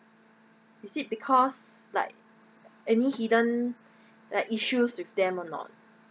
is it because like any hidden like issues with them or not